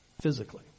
physically